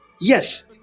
yes